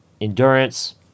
endurance